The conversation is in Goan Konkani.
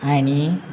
आनी